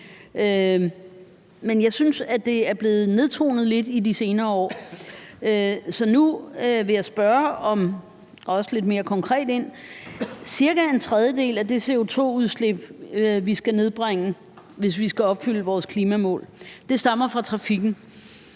men jeg synes, at det er blevet nedtonet lidt i de senere år. Så nu vil jeg spørge lidt mere konkret ind til noget. Cirka en tredjedel af det CO2-udslip, vi skal nedbringe, hvis vi skal opfylde vores klimamål, stammer fra trafikken,